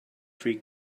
free